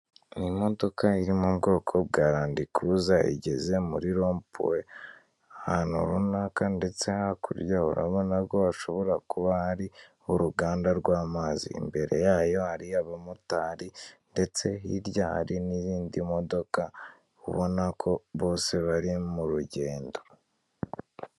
Imodoka iri mu bwoko bwa Landikuruza igeze muri rompuwe, ahantu runaka ndetse hakurya urabona ko hashobora kuba hari uruganda rw'amazi. Imbere yayo hari abamotari ndetse hirya hari n'indi modoka, ubona ko bose bari mu rugendo.